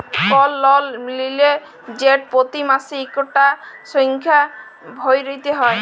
call লল লিলে সেট পতি মাসে ইকটা সংখ্যা ভ্যইরতে হ্যয়